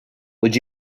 would